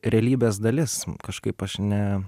realybės dalis kažkaip aš ne